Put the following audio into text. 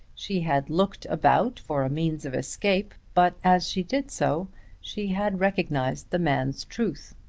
she had looked about for a means of escape but as she did so she had recognized the man's truth.